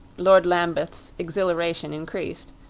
lord lambeth's exhilaration increased.